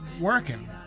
working